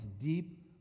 deep